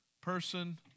person